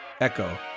Echo